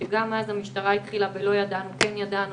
גם אז המשטרה התחילה בלא ידענו וכן ידענו,